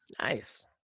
Nice